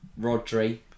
Rodri